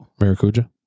maracuja